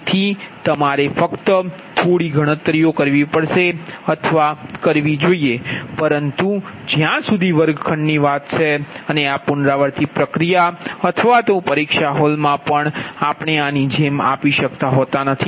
તેથી તમારે ફક્ત થોડી ગણતરીઓ કરવી પડશે અથવા કરવી જોઈએ પરંતુ જ્યાં સુધી વર્ગખંડની વાત છે અને આ પુનરાવર્તિત પ્રક્રિયા અથવા તો પરીક્ષા હોલમાં પણ આપણે આની જેમ આપી શકતા નથી